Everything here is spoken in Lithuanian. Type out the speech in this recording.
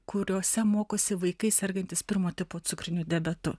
kuriose mokosi vaikai sergantys pirmo tipo cukriniu diabetu